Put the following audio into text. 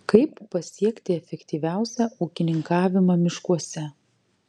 kaip pasiekti efektyviausią ūkininkavimą miškuose